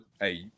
hey